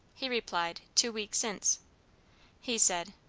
he replied, two weeks since he said,